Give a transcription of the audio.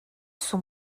son